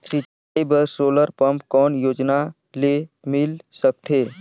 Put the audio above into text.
सिंचाई बर solar pump कौन योजना ले मिल सकथे?